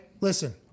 Listen